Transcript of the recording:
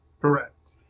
Correct